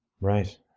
Right